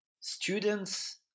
students